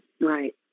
Right